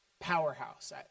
powerhouse